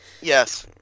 Yes